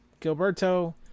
Gilberto